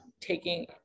taking